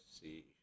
see